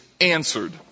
answered